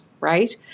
right